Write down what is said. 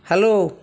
hello